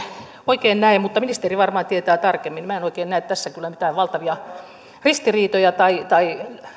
oikein näe mutta ministeri varmaan tietää tarkemmin tässä kyllä mitään valtavia ristiriitoja tai tai